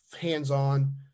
hands-on